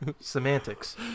semantics